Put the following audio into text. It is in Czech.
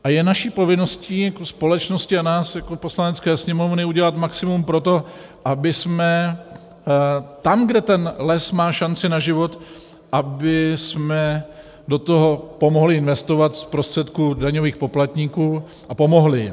A je naší povinností jako společnosti a nás jako Poslanecké sněmovny udělat maximum pro to, abychom tam, kde ten les má šanci na život, abychom do toho pomohli investovat z prostředků daňových poplatníků a pomohli jim.